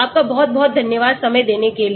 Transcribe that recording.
आपका बहुत बहुत धन्यवाद समय देने के लिए